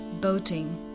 boating